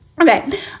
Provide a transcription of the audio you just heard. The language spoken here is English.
Okay